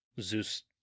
Zeus